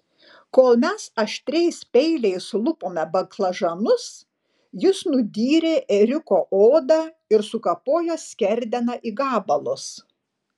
kol mes aštriais peiliais lupome baklažanus jis nudyrė ėriuko odą ir sukapojo skerdeną į gabalus